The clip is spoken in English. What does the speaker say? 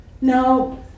no